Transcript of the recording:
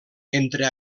entre